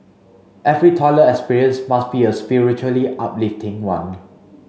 every toilet experience must be a spiritually uplifting one